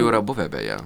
jau yra buvę beje